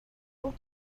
all